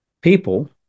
people